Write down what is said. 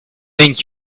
link